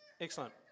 Excellent